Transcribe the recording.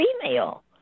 female